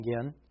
again